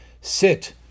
sit